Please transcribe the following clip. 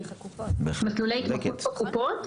מסלולי התמחות בקופות,